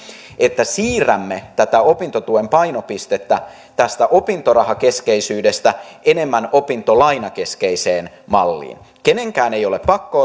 että siirrämme tätä opintotuen painopistettä tästä opintorahakeskeisyydestä enemmän opintolainakeskeiseen malliin kenenkään ei ole pakko